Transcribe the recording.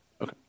Okay